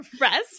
rest